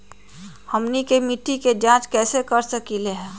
हमनी के मिट्टी के जाँच कैसे कर सकीले है?